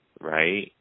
right